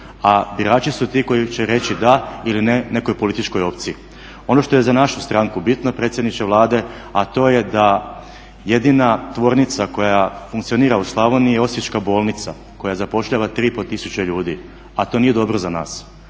A birači su ti koji će reći da ili ne nekoj političkoj opciji. Ono što je za našu stranku bitno predsjedniče Vlade, a to je da jedina tvornica koja funkcionira u Slavoniji je Osječka bolnica koja zapošljava 3 i pol tisuće ljudi, a to nije dobro za nas.